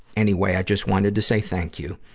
anyway, i just wanted to say thank you.